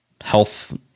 health